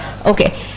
Okay